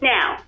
Now